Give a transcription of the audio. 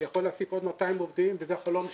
אני יכול להעסיק עוד 200 עובדים, וזה החלום שלי.